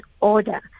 order